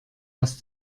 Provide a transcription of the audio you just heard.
was